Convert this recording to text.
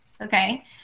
Okay